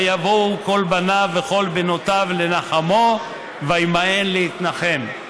"ויקֻמו כל בניו וכל בנותיו לנחמו וימאן להתנחם".